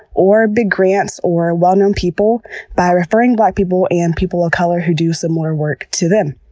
or big grants, or well-known people by referring black people and people of color who do similar work to them.